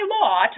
law